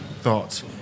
thoughts